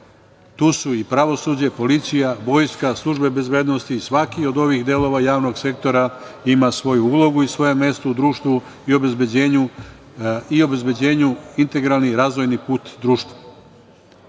Tu su i pravosuđe, policija, vojska, službe bezbednosti. Svaki od ovih delova javnog sektora ima svoju ulogu i svoje mesto u društvu i obezbeđuju integralni i razvojni put